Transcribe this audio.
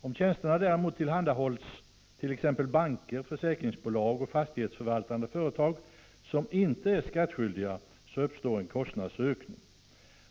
Om tjänsterna däremot tillhandahålls t.ex. banker, försäkringsbolag och fastighetsförvaltande företag, som inte är skattskyldiga, uppstår en kostnadsökning.